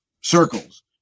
circles